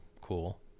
cool